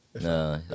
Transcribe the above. No